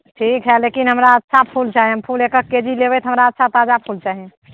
ठीक हइ लेकिन हमरा अच्छा फूल चाही हम फूल एकक के जी लेबै तऽ हमरा अच्छा ताजा फूल चाही